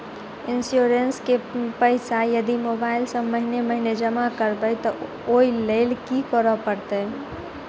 Insurance केँ पैसा यदि मोबाइल सँ महीने महीने जमा करबैई तऽ ओई लैल की करऽ परतै?